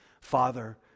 Father